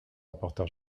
rapporteur